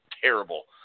terrible